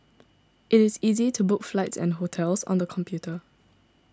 it is easy to book flights and hotels on the computer